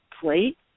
plate